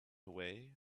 away